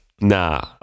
nah